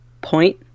point